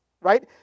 right